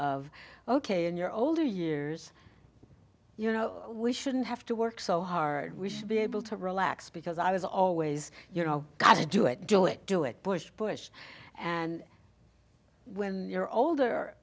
of ok in your older years you know we shouldn't have to work so hard we should be able to relax because i was always you know got to do it do it do it push push and when you're older